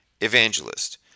evangelist